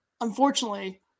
unfortunately